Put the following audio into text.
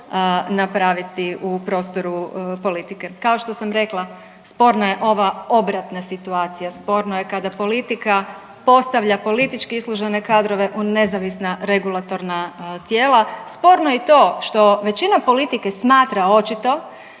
napraviti u prostoru politike. Kao što sam rekla sporna je ova obratna situacija, sporno je kada politika postavlja politički islužene kadrove u nezavisna regulatorna tijela. Sporno je i to što većina politike smatra očito